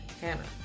Hannah